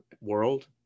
world